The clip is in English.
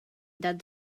that